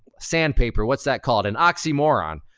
sandpaper, what's that called? an oxymoron.